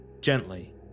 gently